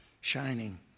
shining